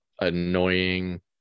annoying